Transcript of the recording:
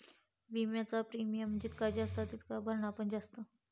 विम्याचा प्रीमियम जितका जास्त तितकाच भरणा पण जास्त